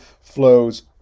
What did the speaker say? flows